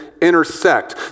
intersect